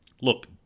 Look